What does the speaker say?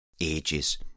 ages